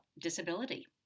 disability